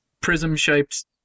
prism-shaped